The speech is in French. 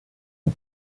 ont